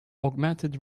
augmented